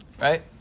right